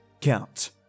count